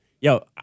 Yo